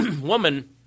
woman